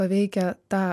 paveikia tą